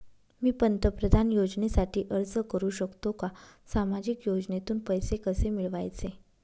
मी पंतप्रधान योजनेसाठी अर्ज करु शकतो का? सामाजिक योजनेतून पैसे कसे मिळवायचे